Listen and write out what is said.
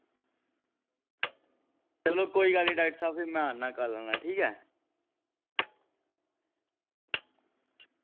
चलो कोई गल्ल निं डाक्टर साह्ब फ्ही मैं आन्ना कल आन्ना ठीक ऐ